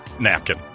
napkin